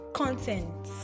content